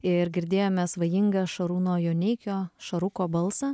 ir girdėjome svajingą šarūno joneikio šaruko balsą